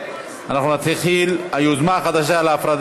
נתחיל בהצעות לסדר-היום